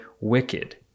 wicked